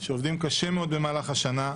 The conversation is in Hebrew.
שעובדים קשה מאוד במהלך השנה,